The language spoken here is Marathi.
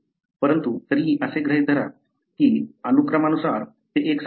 परंतु तरीही असे गृहीत धरा की अनुक्रमानुसार ते एकसारखे आहेत